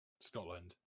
Scotland